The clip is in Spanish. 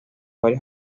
varias